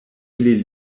ili